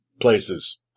Places